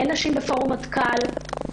אין נשים בפורום מטכ"ל,